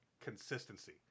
consistency